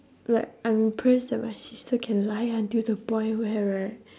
like I'm impress that my sister can lie until the point where right